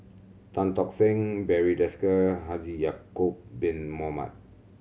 Tan Tock Seng Barry Desker Haji Ya'acob Bin Mohamed